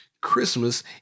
Christmas